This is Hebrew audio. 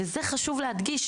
וזה חשוב להדגיש,